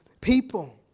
people